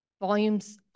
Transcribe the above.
volumes